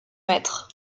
maître